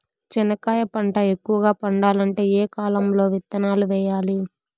చెనక్కాయ పంట ఎక్కువగా పండాలంటే ఏ కాలము లో విత్తనాలు వేయాలి?